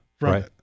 Right